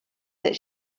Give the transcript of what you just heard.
that